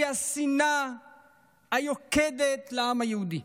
שהיא השנאה היוקדת לעם היהודי.